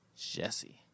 jesse